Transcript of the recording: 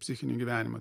psichinį gyvenimą